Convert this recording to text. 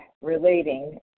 relating